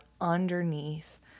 underneath